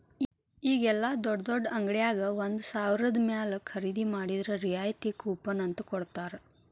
ಈಗ ಯೆಲ್ಲಾ ದೊಡ್ಡ್ ದೊಡ್ಡ ಅಂಗಡ್ಯಾಗ ಒಂದ ಸಾವ್ರದ ಮ್ಯಾಲೆ ಖರೇದಿ ಮಾಡಿದ್ರ ರಿಯಾಯಿತಿ ಕೂಪನ್ ಅಂತ್ ಕೊಡ್ತಾರ